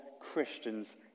Christians